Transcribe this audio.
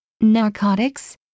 narcotics